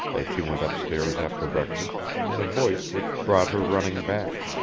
as she went upstairs after breakfast, in a voice which brought her running back.